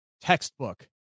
textbook